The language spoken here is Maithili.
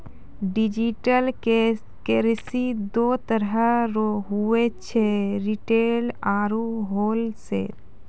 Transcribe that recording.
डिजिटल करेंसी दो तरह रो हुवै छै रिटेल आरू होलसेल